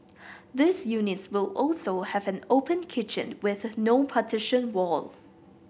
these units will also have an open kitchen with no partition wall